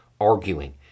arguing